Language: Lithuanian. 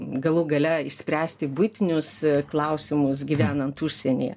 galų gale išspręsti buitinius klausimus gyvenant užsienyje